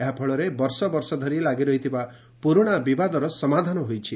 ଏହାଫଳରେ ବର୍ଷବର୍ଷ ଧରି ଲାଗି ରହିଥିବା ପୁରୁଣା ବିବାଦର ସମାଧାନ ହୋଇଛି